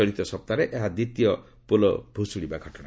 ଚଳିତ ସପ୍ତାହରେ ଏହା ଦ୍ୱିତୀୟ ପୋଲ ଭୁଶୁଡିବା ଦୁର୍ଘଟଣା